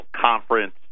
Conference